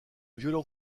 violent